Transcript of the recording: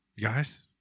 Guys